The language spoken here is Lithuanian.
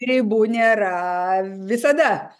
ribų nėra visada